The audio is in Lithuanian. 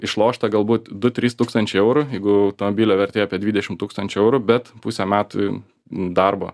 išlošta galbūt du trys tūkstančiai eurų jeigu atombilio vertė apie dvidešim tūkstančių eurų bet pusę metų darbo